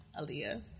Aaliyah